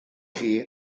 chi